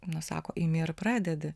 nu sako imi ir pradedi